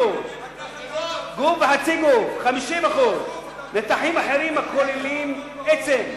50%. גוף וחצי גוף, 50%. נתחים אחרים הכוללים עצם,